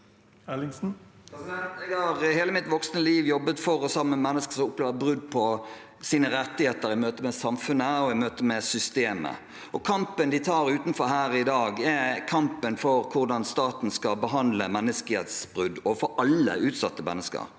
Jeg har hele mitt voksne liv jobbet for og sammen med mennesker som opplever brudd på sine rettigheter i møte med samfunnet og i møte med systemet. Kampen de tar utenfor her i dag, er kampen for hvordan staten skal behandle menneskerettsbrudd, og kampen for alle utsatte mennesker.